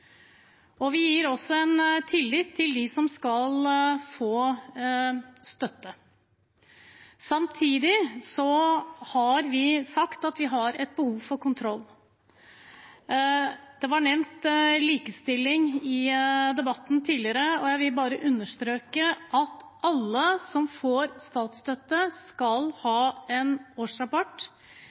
Vi gir også en tillit til dem som skal få støtte. Samtidig har vi sagt at vi har et behov for kontroll. Likestilling ble nevnt tidligere i debatten, og jeg vil understreke at alle som får statsstøtte, skal ha en årsrapport.